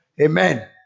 Amen